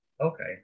Okay